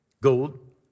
gold